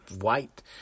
white